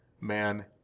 man